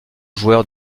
joueur